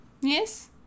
Yes